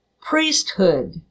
priesthood